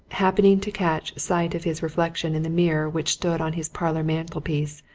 happening to catch sight of his reflection in the mirror which stood on his parlour mantelpiece,